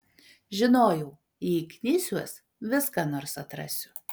žinojau jei knisiuos vis ką nors atrasiu